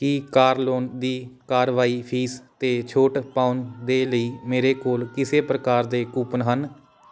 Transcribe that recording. ਕੀ car loan ਦੀ ਕਾਰਵਾਈ fees 'ਤੇ ਛੋਟ ਪਾਉਣ ਦੇ ਲਈ ਮੇਰੇ ਕੋਲ ਕਿਸੇ ਪ੍ਰਕਾਰ ਦੇ ਕੂਪਨ ਹਨ